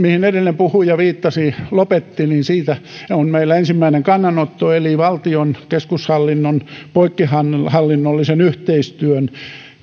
edellinen puhuja viittasi ja lopetti on meillä ensimmäinen kannanotto eli valtion keskushallinnon poikkihallinnollisen yhteistyön